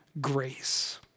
grace